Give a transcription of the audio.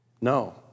No